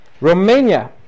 Romania